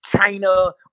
China